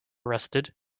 arrested